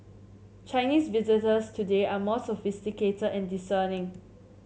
Chinese visitors today are more sophisticated and discerning